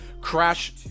Crash